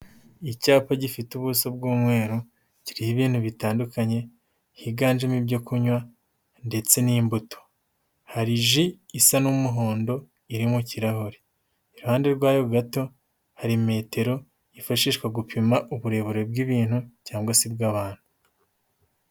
Icyapa gifite ubuso bw'umweru kiriho ibintu bitandukanye, higanjemo ibyo kunywa ndetse n'imbuto, hari ji isa n'umuhondo iri mu kirahure, iruhande rwayo gato hari metero yifashishwa gupima uburebure bw'ibintu cyangwa se bw'abantu.